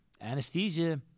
Anesthesia